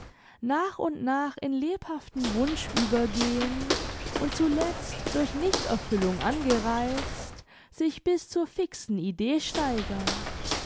nach und nach in lebhaften wunsch übergehen und zuletzt durch nichterfüllung angereizt sich bis zur fixen idee steigern